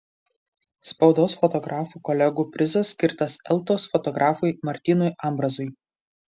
spaudos fotografų kolegų prizas skirtas eltos fotografui martynui ambrazui